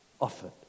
Often